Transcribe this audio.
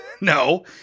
No